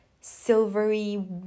silvery